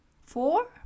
Four